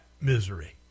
misery